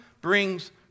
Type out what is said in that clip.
brings